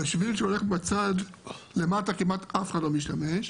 בשביל שהולך בצד למטה כמעט אף אחד לא משתמש,